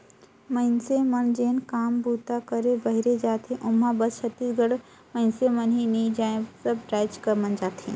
मइनसे मन जेन काम बूता करे बाहिरे जाथें ओम्हां बस छत्तीसगढ़ कर मइनसे मन ही नी जाएं सब राएज कर मन जाथें